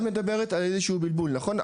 את מדברת על איזשהו בלבול, נכון?